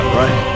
right